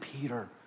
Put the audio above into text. Peter